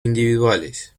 individuales